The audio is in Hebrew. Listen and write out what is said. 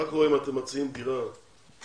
מה קורה אם אתם מציעים דירה לעולה,